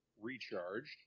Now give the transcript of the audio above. Recharged